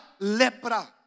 lepra